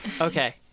Okay